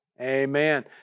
amen